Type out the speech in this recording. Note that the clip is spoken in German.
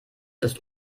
ist